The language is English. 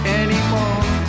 anymore